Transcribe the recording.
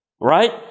Right